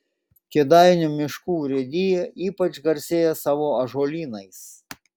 kėdainių miškų urėdija ypač garsėja savo ąžuolynais